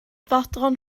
fodlon